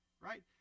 right